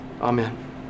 Amen